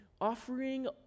Offering